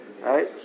Right